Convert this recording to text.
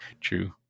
True